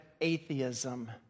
atheism